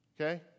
Okay